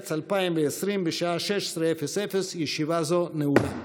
במרץ 2020, בשעה 16:00. ישיבה זו נעולה.